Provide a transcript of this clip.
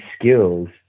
skills